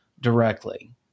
directly